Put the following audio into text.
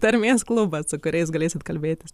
tarmės klubas su kuriais galėsit kalbėtis